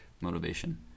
Motivation